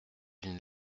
une